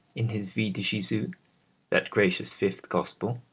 in his vie de jesus that gracious fifth gospel,